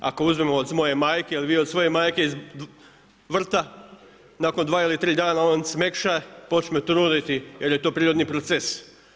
Ako uzmemo od moje majke ili vi od svoje majke iz vrta nakon dva ili tri dana on smekša, počne truniti jer je to prirodni proces.